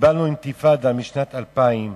קיבלנו אינתיפאדה משנת 2000,